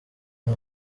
nta